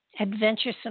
adventuresome